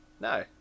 No